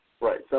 Right